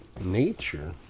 Nature